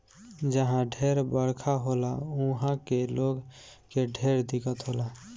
जहा ढेर बरखा होला उहा के लोग के ढेर दिक्कत होला